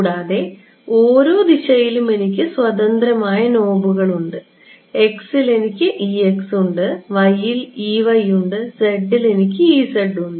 കൂടാതെ ഓരോ ദിശയിലും എനിക്ക് സ്വതന്ത്രമായ നോബുകൾ ഉണ്ട് x ൽ എനിക്ക് ഉണ്ട് y ൽ ഉണ്ട് z ൽ എനിക്ക് ഉണ്ട്